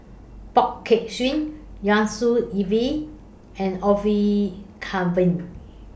Poh Kay Swee Yusnor Ef and Orfeur Cavenagh